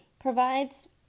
provides